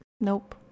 Nope